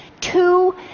Two